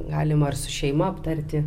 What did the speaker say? galima ir su šeima aptarti